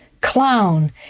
clown